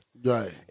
Right